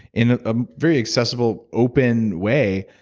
in a very accessible, open way,